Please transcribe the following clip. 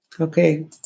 Okay